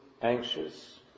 Anxious